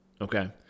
Okay